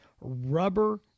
rubber